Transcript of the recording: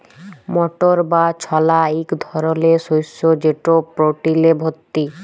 মটর বা ছলা ইক ধরলের শস্য যেট প্রটিলে ভত্তি